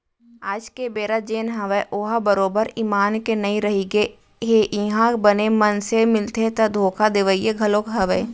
आज के बेरा जेन हवय ओहा बरोबर ईमान के नइ रहिगे हे इहाँ बने मनसे मिलथे ता धोखा देवइया घलोक हवय